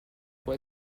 può